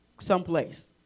someplace